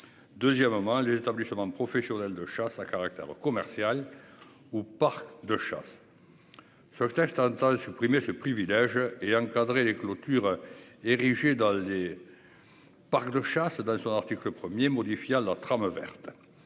Deuxièmement, les établissements de professionnels de chasse à caractère commercial au de chasse. Sauvetage tentant de supprimer ce privilège et encadrer les clôtures érigées dans les. Parcs de chasse dans son article 1er modifia la trame verte.